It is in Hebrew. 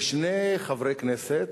ושני חברי כנסת,